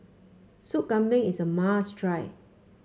Soup Kambing is a must try